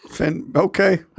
Okay